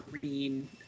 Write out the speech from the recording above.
green